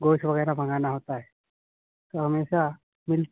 گوشت وغیرہ منگانا ہوتا ہے تو ہمیشہ مل